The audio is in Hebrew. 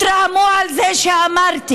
התרעמו על זה שאמרתי.